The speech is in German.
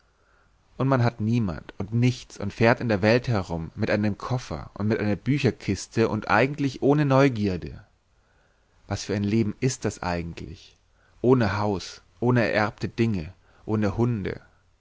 und man hat niemand und nichts und fährt in der welt herum mit einem koffer und mit einer bücherkiste und eigentlich ohne neugierde was für ein leben ist das eigentlich ohne haus ohne ererbte dinge ohne hunde